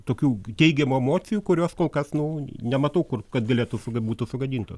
tokių teigiamų emocijų kurios kol kas nu nematau kur kad galėtų būtų sugadinto